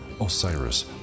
Osiris